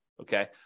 Okay